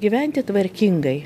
gyventi tvarkingai